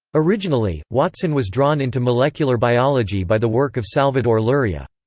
originally, watson was drawn into molecular biology by the work of salvador luria.